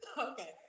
Okay